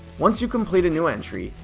once you complete a new entry,